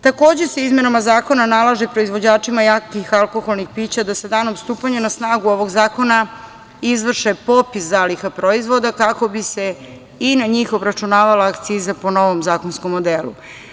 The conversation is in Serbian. Takođe se izmenama zakona nalaže proizvođačima jakih alkoholnih pića da sa danom stupanja na snagu ovog zakona izvrše popis zaliha proizvoda kako bi se i na njih obračunavala akciza po novom zakonskom modelu.